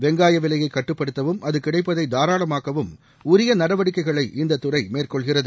வெங்காய விலையைக் கட்டுப்படுத்தவும் அது கிடைப்பதை தாராளமாக்கவும் உரிய நடவடிக்கைகளை இந்தத்துறை மேற்கொள்கிறது